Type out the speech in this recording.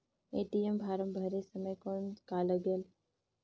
ATM form भरे समय कौन का लगेल?